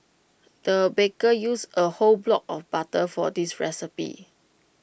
the baker used A whole block of butter for this recipe